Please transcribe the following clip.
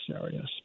areas